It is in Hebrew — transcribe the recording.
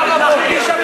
מכיוון שהם,